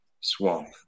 swamp